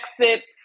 exits